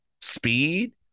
speed